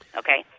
okay